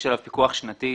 יש עליו פיקוח שנתי,